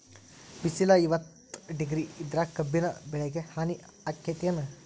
ಬಿಸಿಲ ಐವತ್ತ ಡಿಗ್ರಿ ಇದ್ರ ಕಬ್ಬಿನ ಬೆಳಿಗೆ ಹಾನಿ ಆಕೆತ್ತಿ ಏನ್?